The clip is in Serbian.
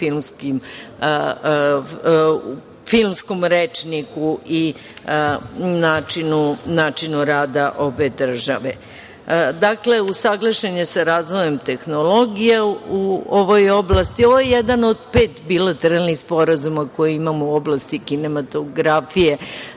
filmskog rečnika i načinu rada obe države. Dakle, usaglašen je sa razvojem tehnologija u ovoj oblasti. Ovo je jedan od pet bilateralnih sporazuma koje imamo u oblasti kinematografije,